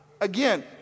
Again